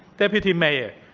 deputy mayor,